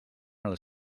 els